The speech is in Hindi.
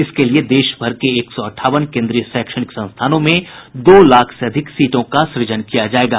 इसके लिए देश भर के एक सौ अंठावन केन्द्रीय शैक्षणिक संस्थानों में दो लाख से अधिक सीटों का सुजन किया जायेगा